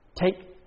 take